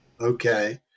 Okay